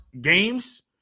games